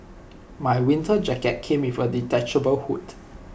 my winter jacket came with A detachable hood